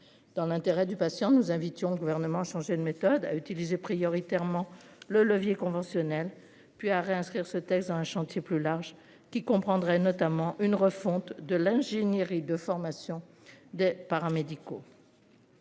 Dans l'intérêt du patient. Nous invitons le gouvernement changer de méthode à utiliser prioritairement le levier conventionnelle puis à réinscrire ce texte dans un chantier plus large qui comprendrait notamment une refonte de l'ingénierie de formation des paramédicaux.